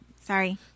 Sorry